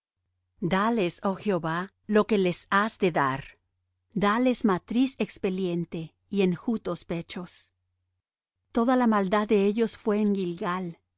dales oh jehová lo que les has de dar dales matriz expeliente y enjutos pechos toda la maldad de ellos fué en gilgal